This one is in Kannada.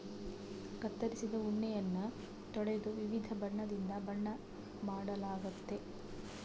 ಕತ್ತರಿಸಿದ ಉಣ್ಣೆಯನ್ನ ತೊಳೆದು ವಿವಿಧ ಬಣ್ಣದಿಂದ ಬಣ್ಣ ಮಾಡಲಾಗ್ತತೆ